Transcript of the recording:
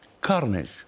Carnage